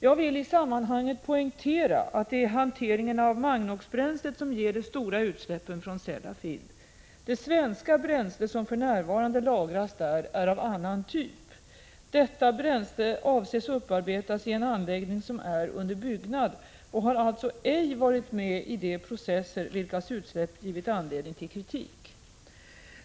Jag vill i sammanhanget poängtera att det är hanteringen av magnoxbränslet som ger de stora utsläppen från Sellafield. Det svenska bränsle som för närvarande lagras där är av annan typ. Detta bränsle avses bli upparbetat i en anläggning som är under byggnad och har alltså ej varit med i de processer vilkas utsläpp givit anledning till kritik.